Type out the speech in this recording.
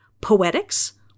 poetics